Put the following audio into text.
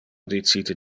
dicite